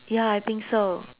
ya I think so